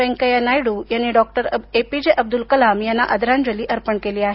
व्यंकय्या नायडू यांनी Dr A P J Abdul Kalam यांना आदरांजली अर्पण केली आहे